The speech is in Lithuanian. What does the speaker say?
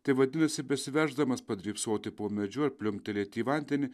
tai vadinasi besiveždamas padrybsoti po medžiu ar pliumtelėti į vandenį